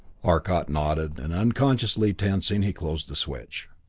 arcot nodded, and unconsciously tensing, he closed the switch.